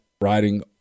riding